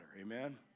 Amen